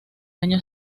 año